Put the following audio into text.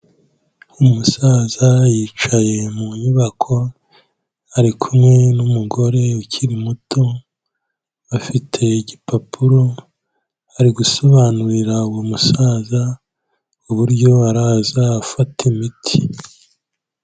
Umusaza yicaye mu nyubako ari kumwe n'umugore ukiri muto, afite igipapuro. Ari gusobanurira uwo musaza uburyo araza afata imiti.